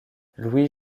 louis